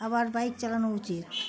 আবার বাইক চালানো উচিত